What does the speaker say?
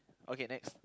okay next